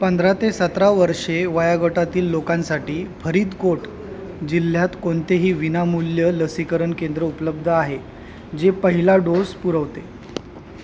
पंधरा ते सतरा वर्षे वयोगटातील लोकांसाठी फरीदकोट जिल्ह्यात कोणतेही विनामूल्य लसीकरण केंद्र उपलब्ध आहे जे पहिला डोस पुरवते